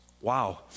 Wow